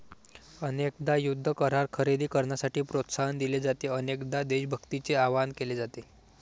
अनेकदा युद्ध करार खरेदी करण्यासाठी प्रोत्साहन दिले जाते, अनेकदा देशभक्तीचे आवाहन केले जाते